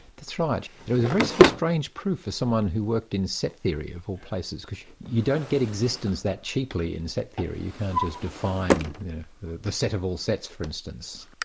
that's right. it was a very sort of strange proof for someone who worked in set theory of all places, because you don't get existence that cheaply in set theory, you can't just define the set of all sets for instance.